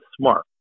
smart